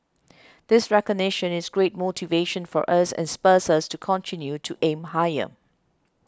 this recognition is great motivation for us and spurs us to continue to aim higher